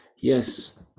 yes